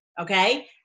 okay